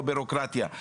לא ביורוקרטיה,